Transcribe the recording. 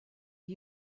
are